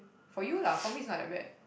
for you lah for me it's not that bad